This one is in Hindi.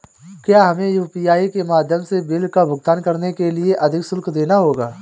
क्या हमें यू.पी.आई के माध्यम से बिल का भुगतान करने के लिए अधिक शुल्क देना होगा?